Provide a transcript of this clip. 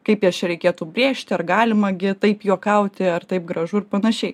kaip jas čia reikėtų brėžti ar galima gi taip juokauti ar taip gražu ir panašiai